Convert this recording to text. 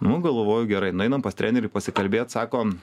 nu galvoju gerai nueinam pas trenerį pasikalbėt sako